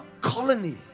colony